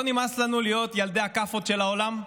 לא נמאס לנו להיות ילדי הכאפות של העולם?